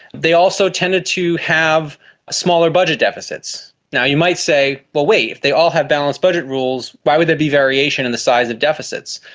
they also tended to have smaller budget deficits. now, you might say, but wait, if they all have balanced budget rules, why would there be variation in the size of deficits?